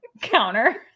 counter